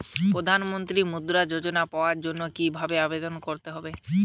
প্রধান মন্ত্রী মুদ্রা যোজনা পাওয়ার জন্য কিভাবে আবেদন করতে হবে?